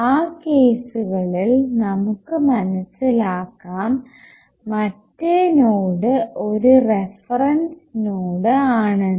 ആ കേസുകളിൽ നമുക്ക് മനസ്സിലാക്കാം മറ്റേ നോഡ് ഒരു റഫറൻസ് നോഡ് ആണെന്ന്